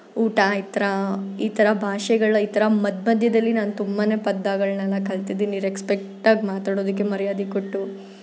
ಊಟ ಆಯ್ತಾ ಈ ಥರ ಭಾಷೆಗಳ ಈ ಥರ ಮಧ್ಯೆ ಮಧ್ಯದಲ್ಲಿ ನಾನು ತುಂಬಾ ಪದಗಳ್ನೆಲ್ಲ ಕಲ್ತಿದ್ದೀನಿ ರೆಕ್ಸ್ಪೆಕ್ಟಾಗಿ ಮಾತಾಡೋದಕ್ಕೆ ಮರ್ಯಾದೆ ಕೊಟ್ಟು